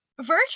Virtual